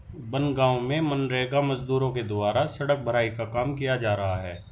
बनगाँव में मनरेगा मजदूरों के द्वारा सड़क भराई का काम किया जा रहा है